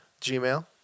gmail